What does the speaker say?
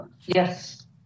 Yes